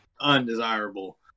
undesirable